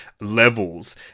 levels